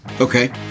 Okay